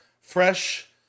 fresh